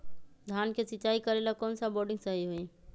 धान के सिचाई करे ला कौन सा बोर्डिंग सही होई?